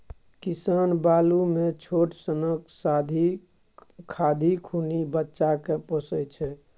किसान बालु मे छोट सनक खाधि खुनि बच्चा केँ पोसय छै